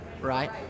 right